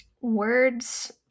words